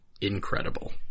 incredible